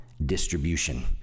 Distribution